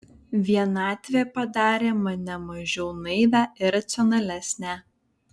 vienatvė padarė mane mažiau naivią ir racionalesnę